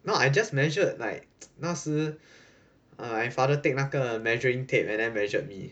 no I just measure like 那时 my father take 那个 measuring tape and then measured me